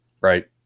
right